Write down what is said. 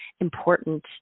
important